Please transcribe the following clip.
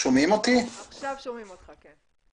כי ראשון הדוברים שאבקש ממנו להתייחס גם לנקודה החשובה הזאת,